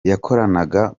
yakoraga